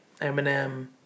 Eminem